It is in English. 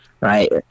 right